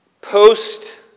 post